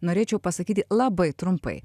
norėčiau pasakyti labai trumpai